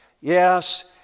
Yes